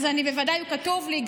בוודאי, הוא כתוב לי.